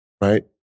Right